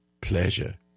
pleasure